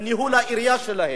מניהול העירייה שלהם,